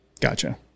Gotcha